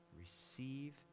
receive